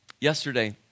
Yesterday